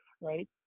Right